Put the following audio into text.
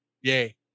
yay